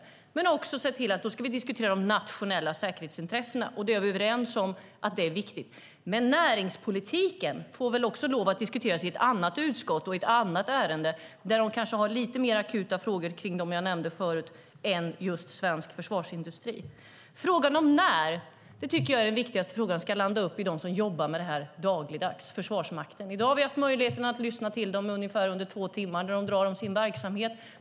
Då ska vi också se till att diskutera de nationella säkerhetsintressena. Vi är överens om att det är viktigt. Men näringspolitiken får lov att diskuteras i ett annat utskott och i ett annat ärende där de kanske, som jag nämnde förut, har lite mer akuta frågor än just svensk försvarsindustri. Frågan om när, som jag tycker är den viktigaste frågan, ska landa hos dem som jobbar med det här dagligdags, det vill säga Försvarsmakten. I dag har vi haft möjlighet att lyssna till dem ungefär under två timmar när det talade om sin verksamhet.